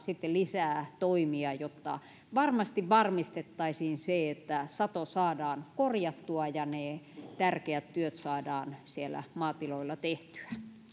lisää toimia jotta varmasti varmistettaisiin se että sato saadaan korjattua ja ne tärkeät työt saadaan siellä maatiloilla tehtyä